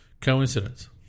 Coincidence